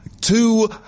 Two